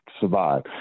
survive